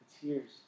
tears